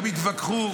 הם התווכחו,